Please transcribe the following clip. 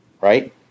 right